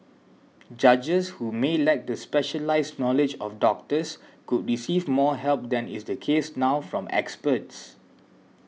judges who may lack the specialised knowledge of doctors could receive more help than is the case now from experts